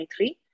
2023